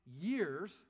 years